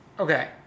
Okay